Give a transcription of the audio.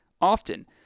Often